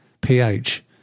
ph